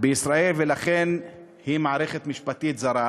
בישראל ולכן היא מערכת משפטית זרה.